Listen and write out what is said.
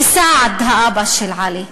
וסעד, האבא של עלי?